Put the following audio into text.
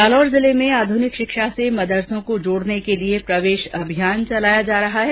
जालौर जिले में आध्रनिक शिक्षा से मदरसों को जोड़ने के लिए प्रवेश अभियान चलाया जा रहा है